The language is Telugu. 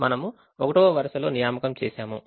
మనము 1వ వరుసలో నియామకం చేశాము